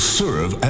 serve